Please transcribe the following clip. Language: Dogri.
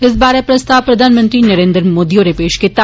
इस बारे प्रस्ताव प्रधानमंत्री नरेंद्र मोदी होरे पेष कीता